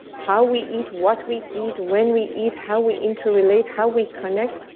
how we eat, what we eat, when we eat, how we interrelate, how we connect,